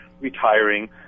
retiring